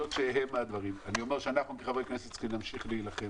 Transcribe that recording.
אנחנו כחברי הכנסת צריכים להמשיך להילחם